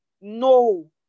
No